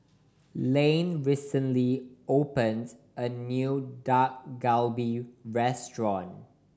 Layne recently opened a new Dak Galbi Restaurant